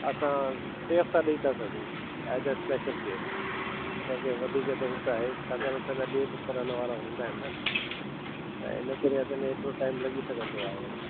असां टे हफ़्ता ॾेई था सघूं एज अ स्पेशल केअर कंहिंखे वधीक जरूरत आहे छाकाणि असांजा ॿिए बि पढ़ण वारा हूंदा आहिनि न त हिन करे असांजे एतिरो टाइम लगी सघंदो आहे